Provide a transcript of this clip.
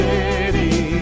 City